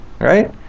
Right